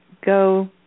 go